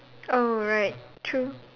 oh right true